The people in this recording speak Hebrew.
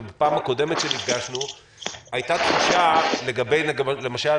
ובפעם הקודמת שנפגשנו הייתה תחושה לגבי למשל